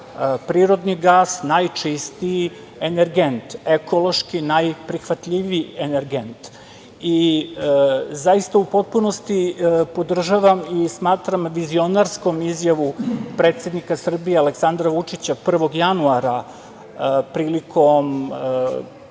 prirodni gas najčistiji energent, ekološki najprihvatljiviji energent.U potpunosti podržavam i smatram vizionarskom izjavu predsednika Srbije Aleksandra Vučića 1. januara, prilikom